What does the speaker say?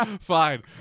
fine